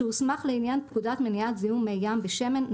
שהוסמך לעניין פקודת מניעת זיהום מי-ים בשמן ,